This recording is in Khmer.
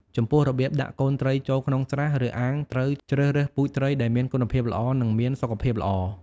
ចំពោះរបៀបដាក់កូនត្រីចូលក្នុងស្រះ ឬអាងត្រូវជ្រើសរើស ពូជត្រី ដែលមានគុណភាពល្អ និងមានសុខភាពល្អ។